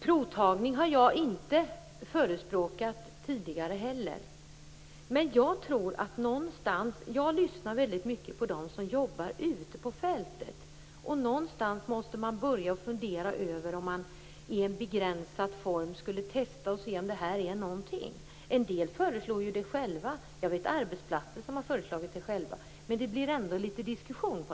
Provtagning har inte heller jag förespråkat tidigare, men jag lyssnar mycket på dem som jobbar ute på fältet. Någonstans måste vi börja fundera över om det går att testa i begränsad form för att se om det är användbart. Några föreslår detta själva. Jag vet att det har föreslagits på arbetsplatser. Men det blir ändå diskussion.